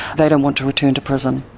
they don't want to return to prison.